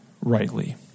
rightly